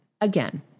again